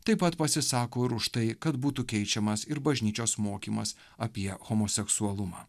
taip pat pasisako ir už tai kad būtų keičiamas ir bažnyčios mokymas apie homoseksualumą